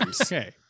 Okay